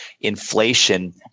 inflation